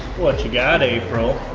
what you got, april?